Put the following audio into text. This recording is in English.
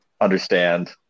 understand